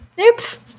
Oops